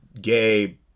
gay